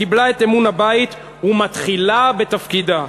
קיבלה את אמון הבית ומתחילה בתפקידה.